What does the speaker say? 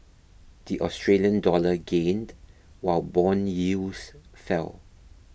the Australian dollar gained while bond yields fell